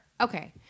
Okay